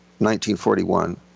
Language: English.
1941